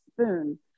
Spoon